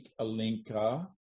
Alinka